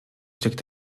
steckt